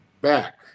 back